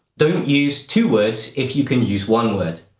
don't use two words if you can use one word.